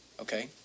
Okay